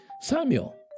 Samuel